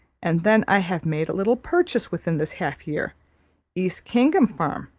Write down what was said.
and then i have made a little purchase within this half year east kingham farm,